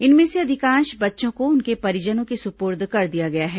इनमें से अधिकांश बच्चों को उनके परिजनों के सुपूर्द कर दिया गया है